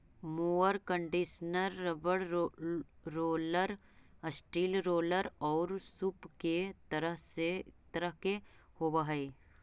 mower conditioner rubber roller, steel roller औउर सूप के तरह के होवऽ हई